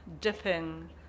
dipping